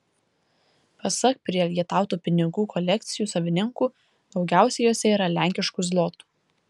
pasak prielgetautų pinigų kolekcijų savininkų daugiausiai jose yra lenkiškų zlotų